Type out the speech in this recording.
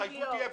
ההתחייבות תהיה,